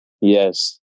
Yes